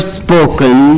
spoken